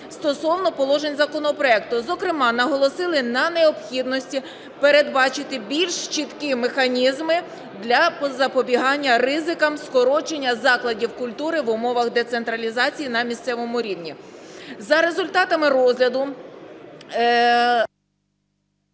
стосовно положень законопроекту, зокрема, наголосили на необхідності передбачити більш чіткі механізми для запобігання ризикам скорочення закладів культури в умовах децентралізації на місцевому рівні. За результатами розгляду...